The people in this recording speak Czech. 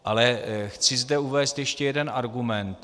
Ale chci zde uvést ještě jeden argument.